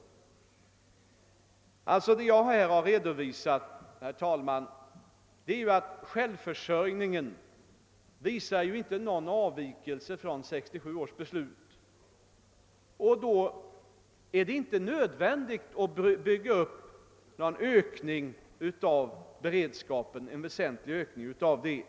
Vad jag nu redovisat är att självförsörjningsgraden inte företer någon avvikeise i förhållande till vad som gällde vid 1967 års beslut. Därför är det inte heller nödvändigt att åstadkomma någon väsentlig ökning av beredskapen.